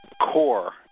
core